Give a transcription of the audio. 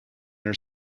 are